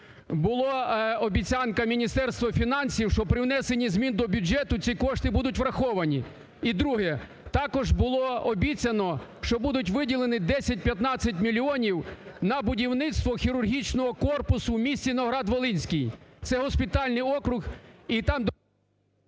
Була обіцянка Міністерства фінансів, що при внесенні змін до бюджету ці кошти будуть враховані. І друге. Також було обіцяно, що будуть виділені 10-15 мільйонів на будівництво хірургічного корпусу в місті Новоград-Волинський. Це госпітальний округ.